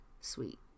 sweet